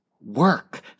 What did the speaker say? work